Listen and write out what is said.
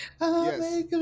Yes